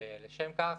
לשם כך,